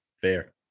fair